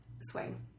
Swing